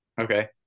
Okay